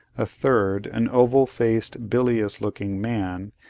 a third, an oval-faced, bilious looking man,